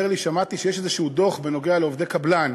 לי: שמעתי שיש איזה דוח בנוגע לעובדי קבלן.